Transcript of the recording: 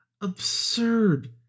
absurd